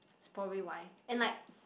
that's probably why and like